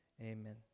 Amen